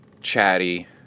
chatty